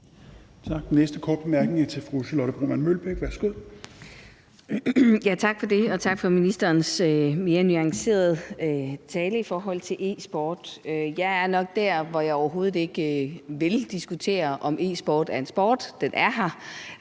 Mølbæk. Værsgo. Kl. 16:53 Charlotte Broman Mølbæk (SF): Tak for det. Tak for ministerens mere nuancerede tale i forhold til e-sport. Jeg er nok der, hvor jeg overhovedet ikke vil diskutere, om e-sport er en sport. Den er her,